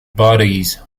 bodies